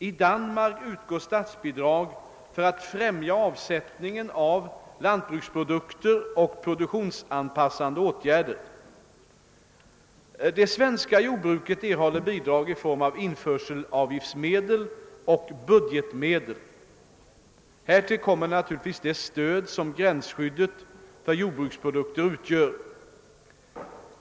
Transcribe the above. I Danmark utgår statsbidrag för att främja avsättningen av lantbruksprodukter och produktionsanpassande åtgärder. Det svenska jordbruket erhåller bidrag i form av införselavgiftsmedel och budgetmedel. Härtill kommer naturligtvis det stöd som gränsskyddet för jordbruksprodukter utgör.